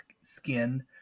skin